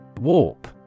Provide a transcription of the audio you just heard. Warp